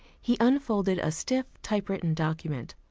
he unfolded a stiff typewritten document.